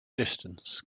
distance